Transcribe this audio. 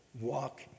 walk